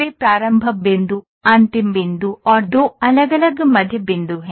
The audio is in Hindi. वे प्रारंभ बिंदु अंतिम बिंदु और दो अलग अलग मध्य बिंदु हैं